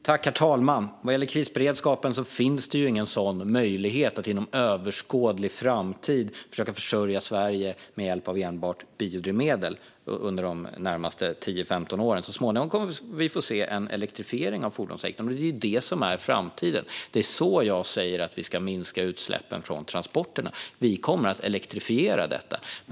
Herr talman! Vad gäller krisberedskapen finns det inte någon möjlighet att inom överskådlig framtid - de närmaste 10-15 åren - försörja Sverige med hjälp av enbart biodrivmedel. Så småningom kommer vi att få se en elektrifiering av fordonssektorn, och det är det som är framtiden. Det är så jag säger att vi ska minska utsläppen från transporterna. Vi kommer att elektrifiera detta.